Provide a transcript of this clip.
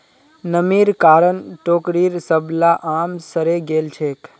नमीर कारण टोकरीर सबला आम सड़े गेल छेक